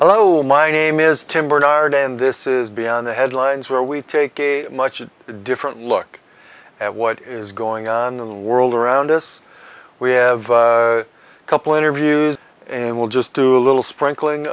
hello my name is tim bernard and this is beyond the headlines where we take a much different look at what is going on in the world around us we have a couple interviews and we'll just do a little sprinkling